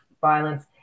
violence